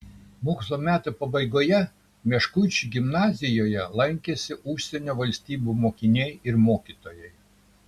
mokslo metų pabaigoje meškuičių gimnazijoje lankėsi užsienio valstybių mokiniai ir mokytojai